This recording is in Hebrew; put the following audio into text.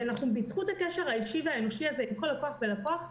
בזכות הקשר האישי והאנושי הזה עם כל לקוח ולקוח,